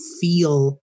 feel